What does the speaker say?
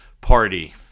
party